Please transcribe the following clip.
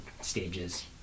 stages